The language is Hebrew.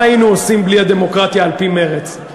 מה היינו עושים בלי הדמוקרטיה על-פי מרצ?